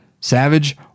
Savage